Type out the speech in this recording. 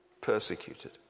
Persecuted